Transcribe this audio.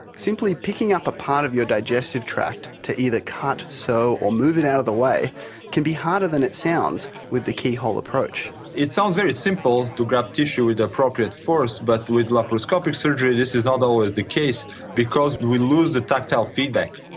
simply picking up a part of your digestive tract to either cut, sew or move it out of the way can be harder than it sounds with the keyhole approach. it sounds very simple to grab tissue with appropriate force, but with laparoscopic surgery this is not always the case because we lose the tactile feedback.